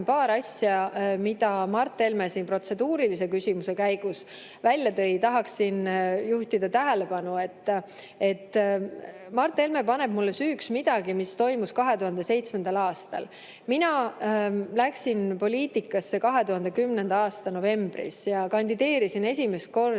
paari asja, mis Mart Helme protseduurilise küsimuse käigus välja tõi. Ma tahaksin juhtida tähelepanu, et Mart Helme paneb mulle süüks midagi, mis toimus 2007. aastal. Mina läksin poliitikasse 2010. aasta novembris ja kandideerisin esimest korda